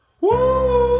Woo